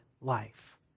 life